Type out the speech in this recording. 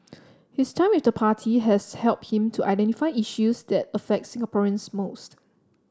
his time with the party has helped him to identify issues that affect Singaporeans most